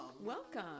Welcome